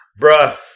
Bruh